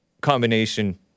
combination